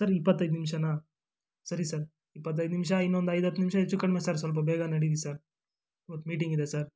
sir ಇಪ್ಪತ್ತೈದು ನಿಮಿಷನಾ ಸರಿ ಸರ್ ಇಪ್ಪತ್ತೈದು ನಿಮಿಷ ಇನ್ನೊಂದು ಐದು ಹತ್ತು ನಿಮಿಷ ಹೆಚ್ಚು ಕಡಿಮೆ ಸರ್ ಸ್ವಲ್ಪ ಬೇಗ ನಡೀರಿ ಸರ್ ಇವತ್ತು ಮೀಟಿಂಗಿದೆ ಸರ್